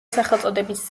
სახელწოდების